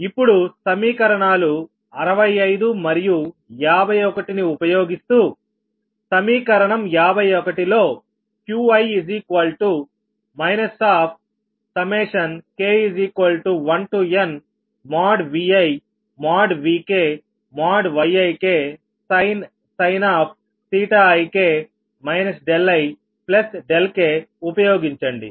ఇప్పుడు సమీకరణాలు 65 మరియు 51 ని ఉపయోగిస్తూ సమీకరణం 51 లో Qi k1nViVkYiksin ik ikఉపయోగించండి